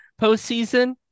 postseason